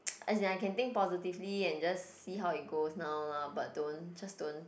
as in I can think positively and just see how it goes now lah but don't just don't